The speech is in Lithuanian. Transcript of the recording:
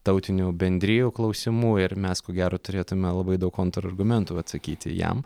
tautinių bendrijų klausimų ir mes ko gero turėtume labai daug kontrargumentų atsakyti jam